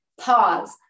pause